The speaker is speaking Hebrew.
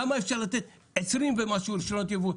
למה אי אפשר לתת 20 ומשהו רישיונות ייבוא?